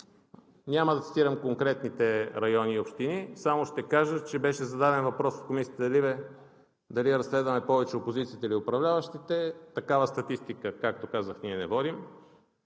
Няма да цитирам конкретните райони и общини, само ще кажа, че беше зададен въпрос от Комисията LIBE дали е разследвана повече опозицията или управляващите. Такава статистика, както казах, ние не водим